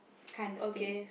kind of thing